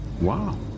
Wow